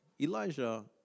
Elijah